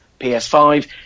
PS5